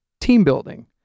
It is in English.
team-building